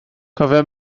cofia